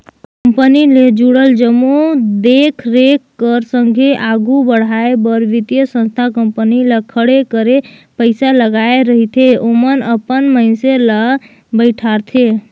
company ले जुड़ल जम्मो देख रेख कर संघे आघु बढ़ाए बर बित्तीय संस्था कंपनी ल खड़े करे पइसा लगाए रहिथे ओमन अपन मइनसे ल बइठारथे